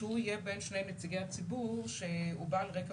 שהוא יהיה בין שני נציגי הציבור שהוא בעל רקע